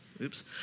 Oops